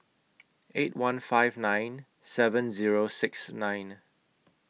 eight one five nine seven Zero six nine